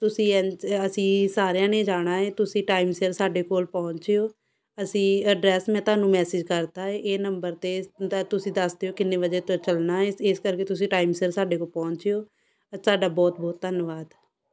ਤੁਸੀਂ ਇੰਜ ਅਸੀਂ ਸਾਰਿਆਂ ਨੇ ਜਾਣਾ ਹੈ ਤੁਸੀਂ ਟਾਈਮ ਸਿਰ ਸਾਡੇ ਕੋਲ ਪਹੁੰਚ ਜਿਓ ਅਸੀਂ ਐਡਰੈੱਸ ਮੈਂ ਤੁਹਾਨੂੰ ਮੈਸੇਜ ਕਰ ਦਿੱਤਾ ਇਹ ਨੰਬਰ 'ਤੇ ਤੁਸੀਂ ਦੱਸ ਦਿਓ ਕਿੰਨੇ ਵਜੇ ਤੋਂ ਚੱਲਣਾ ਹੈ ਇਸ ਕਰਕੇ ਤੁਸੀਂ ਟਾਈਮ ਸਿਰ ਸਾਡੇ ਕੋਲ ਪਹੁੰਚ ਜਿਓ ਤੁਹਾਡਾ ਬਹੁਤ ਬਹੁਤ ਧੰਨਵਾਦ